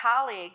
colleague